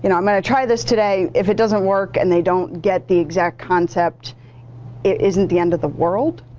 you know i'm going to try this today, if it doesn't work and they don't get the exact concept it isn't the end of the world,